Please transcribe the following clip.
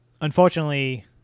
Unfortunately